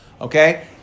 okay